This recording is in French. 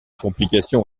complications